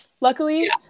luckily